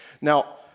Now